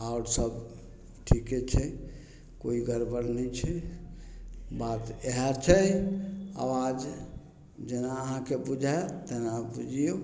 आओर सब ठीके छै कोइ गड़बड़ नहि छै बात इएह छै आवाज जेना अहाँके बुझाइ तेना बुझियौ